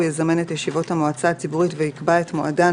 הוא יזמן את ישיבות המועצה הציבורית ויקבע את מועדן,